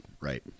Right